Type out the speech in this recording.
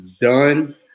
done